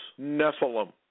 Nephilim